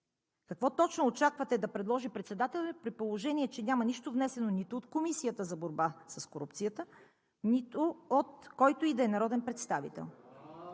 Какво точно очаквате да предложи председателят, при положение че няма нищо внесено нито от Комисията за борба с корупцията, нито от който и да е народен представител?